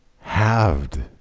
halved